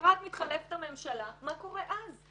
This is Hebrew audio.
למחרת מתחלפת הממשלה, מה קורה אז?